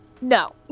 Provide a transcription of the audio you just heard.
No